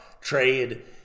trade